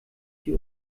die